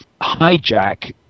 hijack